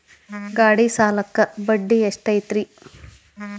ಗಾಡಿ ಸಾಲಕ್ಕ ಬಡ್ಡಿ ಎಷ್ಟೈತ್ರಿ?